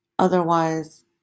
Otherwise